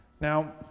Now